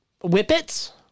whippets